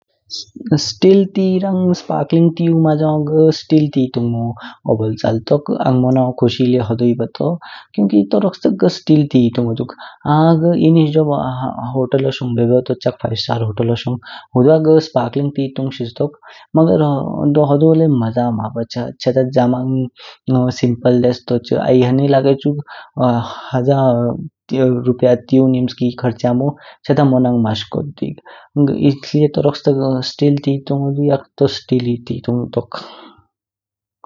स्टिल ते रंग सपार्कलिंग तेयू माजैयाँ घ स्टिल तुंग्मो ओओबोल चालतोक, आँग मोनागो ख़ुशी ले होदोई बताओ, क्युकि तोरकस्तांग घ स्टिल ते ही तुंगोह दुक। अन्न इध निश जॉब घ होटेल शोंग बयो बयो तोचक, ‘फाइवस्टार होटेलों शोंग’ हुदवा घ सपार्कलिंग ते तुंगशिज तोंक, दोह होदो ले म्जा मा बक्च्या, छ्ह ता जमान ले सिंपल डेस्क तोचक। आई ह्न लगाच ह्जा रुपया तेयू निम्सकी खर्च्यामो मोनांग माश्कोदुयक। घ तोरोक्सतक स्टिल ते तुंगोंग दुयाक तो स्टिल ही ते तुंगह तोंक।